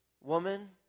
woman